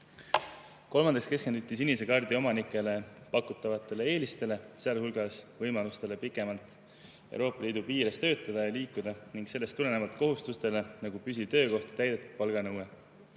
Kolmandaks keskenduti sinise kaardi omanikele pakutavatele eelistele, sealhulgas võimalustele pikemalt Euroopa Liidu piires töötada ja ringi liikuda ning sellest tulenevalt kohustustele, nagu püsiv töökoht ja täidetud palganõue.